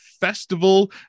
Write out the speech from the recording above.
festival